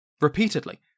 Repeatedly